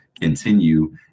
continue